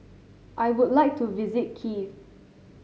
I would like to visit Kiev